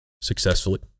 successfully